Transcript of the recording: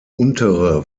untere